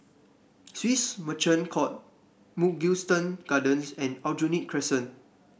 Swissotel Merchant Court Mugliston Gardens and Aljunied Crescent